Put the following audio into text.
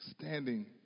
standing